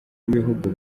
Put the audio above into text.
b’ibihugu